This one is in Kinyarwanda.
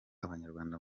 abanyarwanda